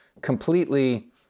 completely